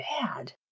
bad